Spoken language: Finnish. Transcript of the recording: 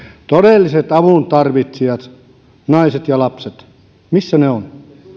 todelliset avuntarvitsijat naiset ja lapset missä he ovat